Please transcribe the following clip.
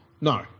No